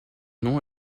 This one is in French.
nom